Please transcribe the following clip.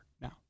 now